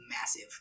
massive